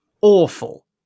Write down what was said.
awful